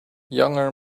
younger